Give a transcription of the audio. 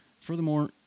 Furthermore